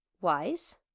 wise